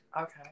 okay